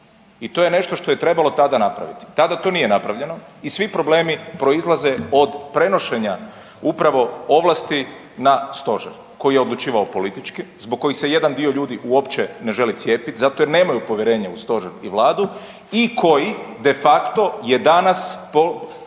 I to je nešto što je trebalo tada napraviti. Tada to nije napravljeno. I svi problemi proizlaze od prenošenja upravo ovlasti na Stožer koji je odlučivao politički, zbog kojih se jedan dio ljudi uopće ne želi cijepiti zato jer nemaju povjerenja u Stožer i Vladu i koji de facto je danas kad